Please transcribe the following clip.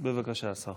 בבקשה, השר.